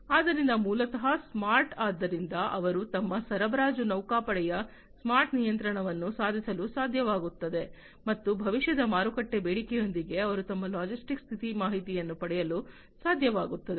ಆದ್ದರಿಂದ ಮೂಲತಃ ಸ್ಮಾರ್ಟ್ ಆದ್ದರಿಂದ ಅವರು ತಮ್ಮ ಸರಬರಾಜು ನೌಕಾಪಡೆಯ ಸ್ಮಾರ್ಟ್ ನಿಯಂತ್ರಣವನ್ನು ಸಾಧಿಸಲು ಸಾಧ್ಯವಾಗುತ್ತದೆ ಮತ್ತು ಭವಿಷ್ಯದ ಮಾರುಕಟ್ಟೆ ಬೇಡಿಕೆಯೊಂದಿಗೆ ಅವರು ತಮ್ಮ ಲಾಜಿಸ್ಟಿಕ್ಸ್ನ ಸ್ಥಿತಿ ಮಾಹಿತಿಯನ್ನು ಪಡೆಯಲು ಸಾಧ್ಯವಾಗುತ್ತದೆ